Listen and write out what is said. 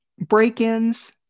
break-ins